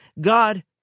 God